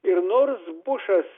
ir nors bušas